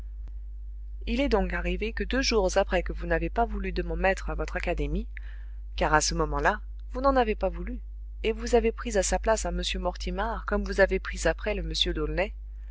il est donc arrivé que deux jours après que vous n'avez pas voulu de mon maître à votre académie car à ce moment-là vous n'en avez pas voulu et vous avez pris à sa place un m mortimar comme vous avez pris après le